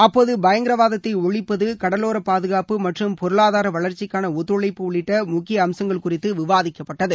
அப்போது பயங்கரவாதத்தை ஒழிப்பது கடலோரப்பாதுகாப்பு மற்றம் பொருளாதார வளா்ச்சிக்கான ஒத்துழைப்பு உள்ளிட்ட முக்கிய அம்சங்கள் குறித்து விவாதிக்கப்பட்டது